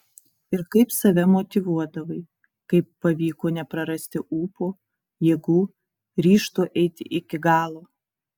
ir kaip save motyvuodavai kaip pavyko neprarasti ūpo jėgų ryžto eiti iki galo